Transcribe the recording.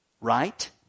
Right